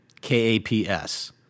K-A-P-S